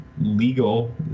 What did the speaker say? legal